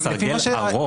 זה סרגל ארוך מאוד.